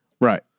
right